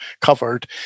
covered